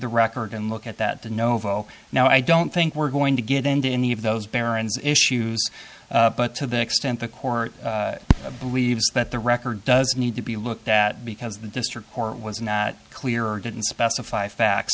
the record and look at that the novo now i don't think we're going to get into any of those baron's issues but to the extent the court believes that the record does need to be looked at because the district court was not clear or didn't specify fa